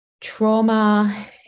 trauma